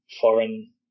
foreign